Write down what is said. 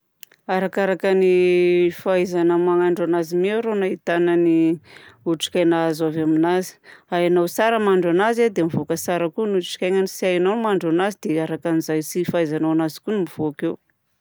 Arakaraka ny fahaizana mahandro mi arô no ahitana ny otrikaina azo avy aminazy. Hainao tsara mahandro anazy a dia mivoaka tsara koa ny otrikainy. Tsy hainao mahandro anazy dia araky ny tsy fahaizanao anazy koa mivoaka eo.